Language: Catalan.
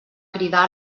cridar